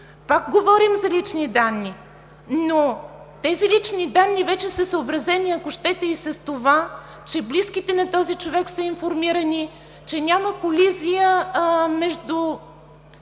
Пак говорим за лични данни, но тези лични данни вече са съобразени, ако щете и с това, че близките на този човек са информирани, че няма колизия